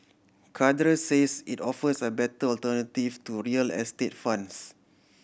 cadre says it offers a better alternative to real estate funds